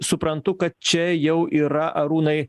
suprantu kad čia jau yra arūnai